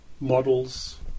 models